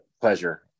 Pleasure